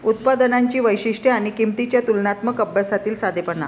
उत्पादनांची वैशिष्ट्ये आणि किंमतींच्या तुलनात्मक अभ्यासातील साधेपणा